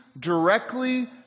directly